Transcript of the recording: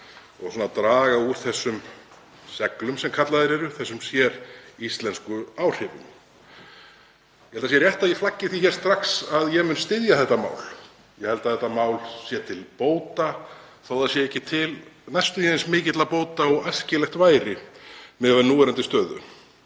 og draga úr þessum seglum, sem kallaðir eru, þessum séríslensku áhrifum. Ég held að það sé rétt að ég flaggi því strax að ég mun styðja þetta mál. Ég held að þetta mál sé til bóta þó að það sé ekki til næstum því eins mikilla bóta og æskilegt væri miðað við núverandi stöðu.